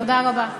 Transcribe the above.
תודה רבה.